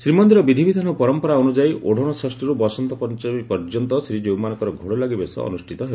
ଶ୍ରୀମନ୍ଦିର ବିଧିବିଧାନ ଓ ପରମ୍ପରା ଅନୁଯାୟୀ ଓଡଣଷଷୀରୁ ବସନ୍ତପଞ୍ଚମୀ ପର୍ଯ୍ୟନ୍ତ ଶ୍ରୀକୀଉମାନଙ୍କର ଘୋଡଲାଗି ବେଶ ଅନୁଷ୍ଠିତ ହେବ